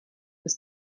ist